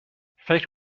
فکر